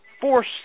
force